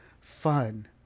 fun